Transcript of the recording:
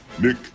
Nick